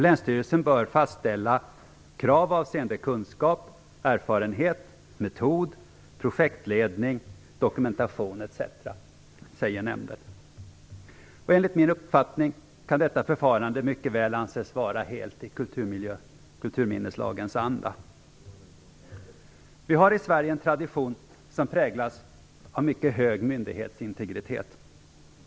Länsstyrelsen bör fastställa krav avseende kunskap, erfarenhet, metod, projektledning, dokumentation etc. Enligt min uppfattning kan detta förfarande mycket väl anses vara helt i kulturminneslagens anda. Vi har i Sverige en tradition som präglas av mycket hög myndighetsintegritet.